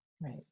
Right